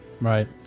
Right